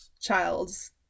child's